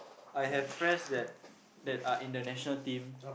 I have friends that that are in the national team